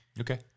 Okay